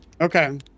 Okay